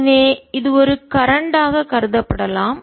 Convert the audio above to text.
எனவே இது ஒரு கரண்ட் ஆக மின்னோட்டமாக கருதப்படலாம்